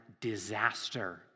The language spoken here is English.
disaster